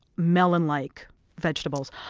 melon-like vegetables.